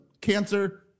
cancer